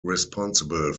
responsible